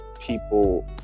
people